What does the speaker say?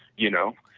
you know,